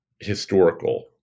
historical